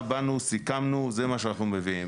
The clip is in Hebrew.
באנו, סיכמנו, זה מה שאנחנו מביאים.